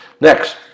Next